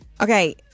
okay